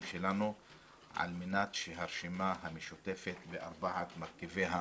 שלנו על מנת שהרשימה המשותפת על ארבעת מרכיביה,